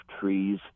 trees